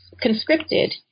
conscripted